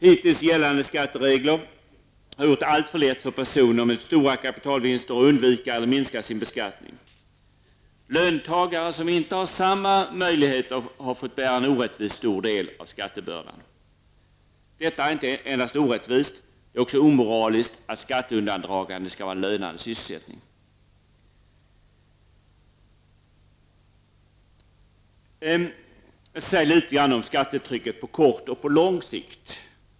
Hittills gällande skatteregler har gjort det alltför lätt för personer med stora kapitalvinster att undvika eller minska sin beskattning. Löntagare som inte har samma möjligheter har fått bära en orättvist stor del av skattebördan. Detta är inte endast orättvist, det är också omoraliskt att skatteundandragande skall vara en lönande sysselsättning. Jag skall också säga något om skattetrycket på kort och på lång sikt.